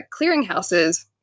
clearinghouses